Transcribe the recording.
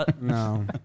No